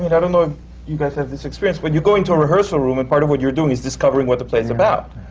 don't know if you guys have this experience, but you go into a rehearsal room and part of what you're doing is discovering what the play's about,